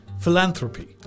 Philanthropy